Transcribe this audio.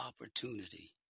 opportunity